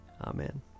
Amen